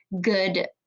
good